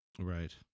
Right